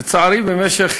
לצערי, במשך